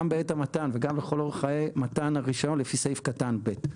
גם בעת המתן וגם לכל אורך חיי מתן הרישיון לפי סעיף קטן (ב).